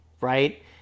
right